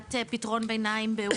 לטובת פתרון ביניים.